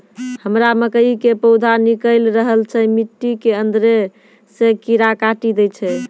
हमरा मकई के पौधा निकैल रहल छै मिट्टी के अंदरे से कीड़ा काटी दै छै?